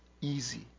easy